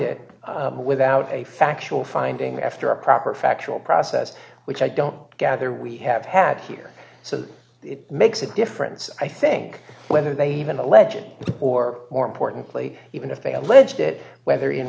it without a factual finding after a proper factual process which i don't gather we have had here so it makes a difference i think whether they even the legit or more importantly even if they alleged it whether in